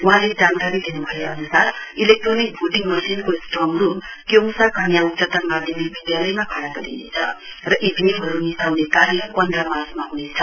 वहाँले जानकारी दिनु भए अनुसार इलेक्ट्रोनिक भोटिङ मशिनको स्ट्रङ रूम क्योङसा कन्या उच्चतर माध्यमिक विद्यालयमा खड़ा गरिनेछ र इभिएम हरू मिसाउने कार्य पन्ध्र मार्चमा हुनेछ